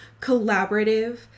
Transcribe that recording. collaborative